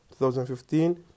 2015